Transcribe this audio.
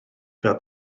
fel